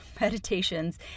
meditations